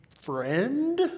friend